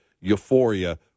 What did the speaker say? euphoria